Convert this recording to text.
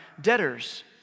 debtors